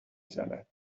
زند